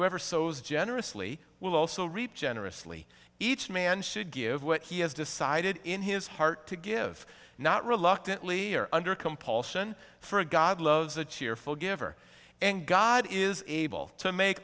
whoever sows generously will also reaped generously each man should give what he has decided in his heart to give not reluctantly here under compulsion for a god loves a cheerful giver and god is able to make